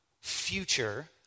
future